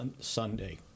Sunday